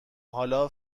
حالا